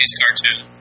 cartoon